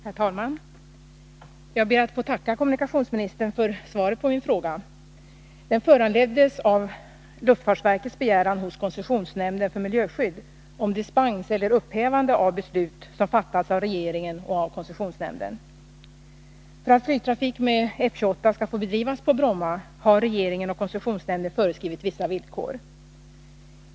Herr talman! Jag ber att få tacka kommunikationsministern för svaret på min fråga. Den föranleddes av luftfartsverkets begäran hos koncessionsnämnden för miljöskydd om dispens eller upphävande av beslut som fattats av regeringen och av koncessionsnämnden. För att flygtrafik med F-28 skall få bedrivas på Bromma har regeringen och koncessionsnämnden föreskrivit vissa villkor.